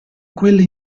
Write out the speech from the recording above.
quelle